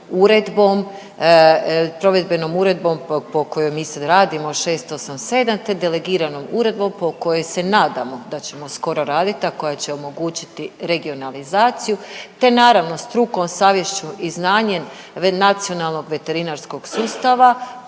Uredbom, provedbenom Uredbom po kojoj mi sad radimo 687 te delegiranom Uredbom po kojoj se nadamo da ćemo skoro radit, a koja će omogućiti regionalizaciju te naravno strukom, savješću i znanjem Nacionalnog veterinarskog sustava